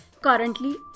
Currently